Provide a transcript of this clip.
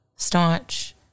staunch